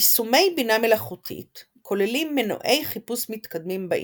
" יישומי בינה מלאכותית כוללים מנועי חיפוש מתקדמים באינטרנט,